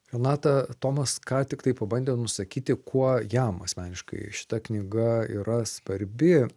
renata tomas ką tiktai pabandė nusakyti kuo jam asmeniškai šita knyga yra svarbi